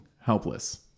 helpless